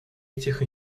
этих